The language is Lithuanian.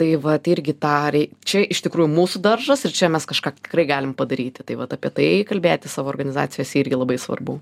tai vat irgi tą rei čia iš tikrųjų mūsų daržas ir čia mes kažką tikrai galim padaryti tai vat apie tai kalbėti savo organizacijose irgi labai svarbu